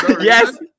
Yes